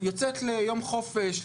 יוצאת ליום חופש,